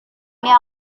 ini